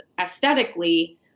aesthetically